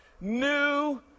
new